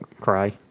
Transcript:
Cry